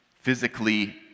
physically